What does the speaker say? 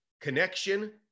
connection